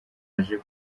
aje